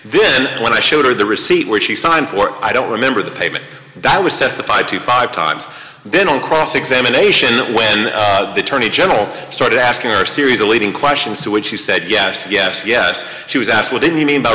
then when i showed her the receipt which she signed for i don't remember the payment that was testified to five times then on cross examination that when the attorney general started asking our series a leading question as to what she said yes yes yes she was asked what then you mean by